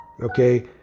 Okay